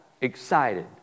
excited